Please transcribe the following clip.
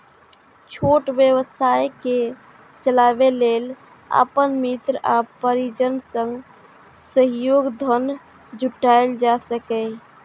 छोट व्यवसाय कें चलाबै लेल अपन मित्र आ परिजन सं सेहो धन जुटायल जा सकैए